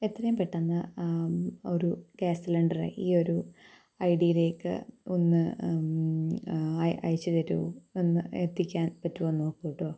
എത്രയും പെട്ടെന്ന് ഒരു ഗ്യാസ് സിലിണ്ടറ് ഈ ഒരു ഐഡിയിലേക്ക് ഒന്ന് അയച്ചു തരൂ ഒന്ന് എത്തിക്കാൻ പറ്റുമോ എന്ന് നോക്കൂട്ടോ